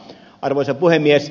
arvoisa puhemies